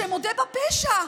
שמודה בפשע,